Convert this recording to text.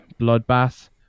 bloodbath